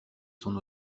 son